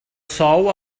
sou